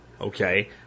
Okay